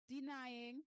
denying